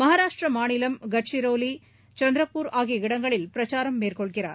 மகாராஷ்டிரா மாநிலம் காட்சிரோலி சந்திராபூர் ஆகிய இடங்களில் பிரச்சாரம் மேற்கொள்கிறார்